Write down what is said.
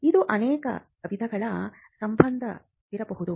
ಇದು ಅನೇಕ ವಿಧಗಳಲ್ಲಿ ಸಂಭವಿಸಬಹುದು